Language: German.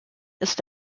ist